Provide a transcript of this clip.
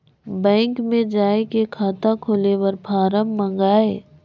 Bank मे जाय के खाता खोले बर फारम मंगाय?